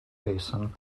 basin